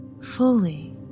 fully